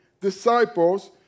disciples